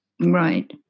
Right